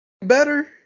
better